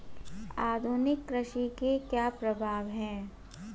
आधुनिक कृषि के क्या प्रभाव हैं?